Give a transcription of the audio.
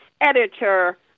editor